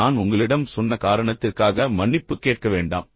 நான் உங்களிடம் சொன்ன காரணத்திற்காக மன்னிப்பு கேட்க வேண்டாம்